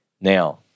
Now